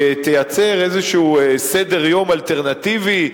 שתייצר איזשהו סדר-יום אלטרנטיבי,